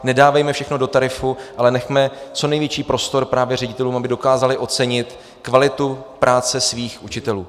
Nedávejme všechno do tarifu, ale nechme co největší prostor právě ředitelům, aby dokázali ocenit kvalitu práce svých učitelů.